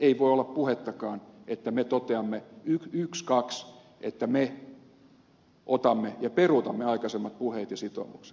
ei voi olla puhettakaan että me toteamme ykskaks että me otamme ja peruutamme aikaisemmat puheet ja sitoumukset